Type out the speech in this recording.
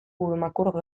burumakur